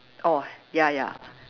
orh ya ya